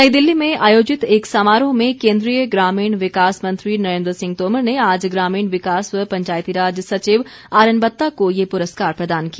नई दिल्ली में आयोजित एक समारोह में केन्द्रीय ग्रामीण विकास मंत्री नरेन्द्र सिंह तोमर ने आज ग्रामीण विकास व पंचायतीराज सचिव आरएनबत्ता को ये पुरस्कार प्रदान किया